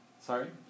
Sorry